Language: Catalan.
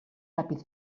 ràpid